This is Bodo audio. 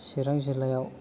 चिरां जिल्लायाव